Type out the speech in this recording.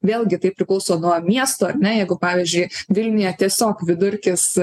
vėlgi tai priklauso nuo miesto ar ne jeigu pavyzdžiui vilniuje tiesiog vidurkis